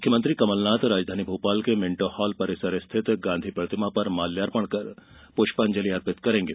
मुख्यमंत्री कमलनाथ राजधानी भोपाल के भिण्टो हाल परिसर स्थित गांधी प्रतिमा पर माल्यार्पण कर प्रष्पांजलि अर्पित करेंगे